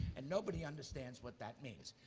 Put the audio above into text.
and nobody understands what that means.